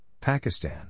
Pakistan